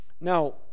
Now